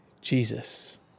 Jesus